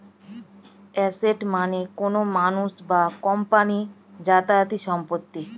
asset মানে কোনো মানুষ বা কোম্পানির যাবতীয় সম্পত্তি